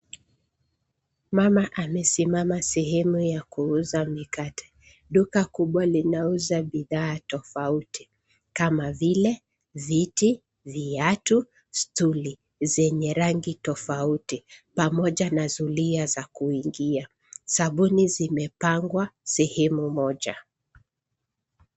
Mama amesimama sehemu ya kuuza mikate. Duka kubwa linauza bidhaa tofauti kama vile viti, viatu, stuli zenye rangi tofauti pamoja na zulia za kuingia. Sabuni zimepangwa sehemu moja.